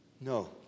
No